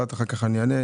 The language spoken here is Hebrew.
אחר כך אענה.